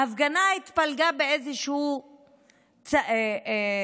ההפגנה התפלגה באיזושהי דרך.